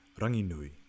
Ranginui